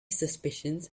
suspicions